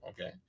Okay